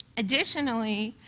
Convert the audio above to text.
additionally,